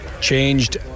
changed